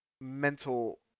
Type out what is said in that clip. mental